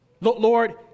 Lord